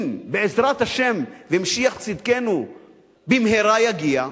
אם, בעזרת השם, משיח צדקנו במהרה יגיע,